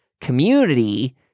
community